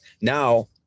Now